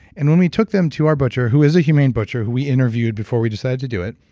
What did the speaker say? and when we took them to our butcher, who is a humane butcher who we interviewed before we decided to do it,